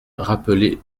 rappeler